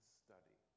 study